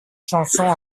chansons